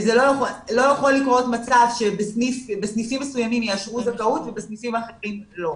לא יכול להיות מצב שבסניפים מסוימים יאשרו זכאות ובסניפים אחרים לא.